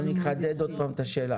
אני אחדד עוד פעם את השאלה.